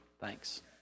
Thanks